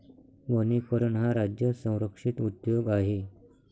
वनीकरण हा राज्य संरक्षित उद्योग आहे